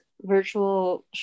virtual